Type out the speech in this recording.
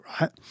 right